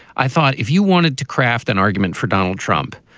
i thought if you wanted to craft an argument for donald trump,